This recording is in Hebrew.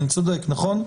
אני צודק, נכון?